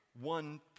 one